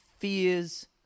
Fears